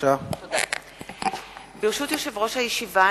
ברשות יושב-ראש הישיבה,